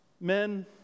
men